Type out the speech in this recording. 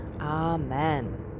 Amen